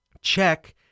check